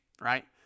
right